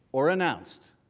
or an ounce.